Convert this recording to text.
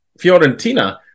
Fiorentina